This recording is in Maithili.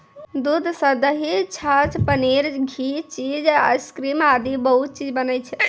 दूध सॅ दही, छाछ, पनीर, घी, चीज, आइसक्रीम आदि बहुत चीज बनै छै